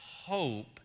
hope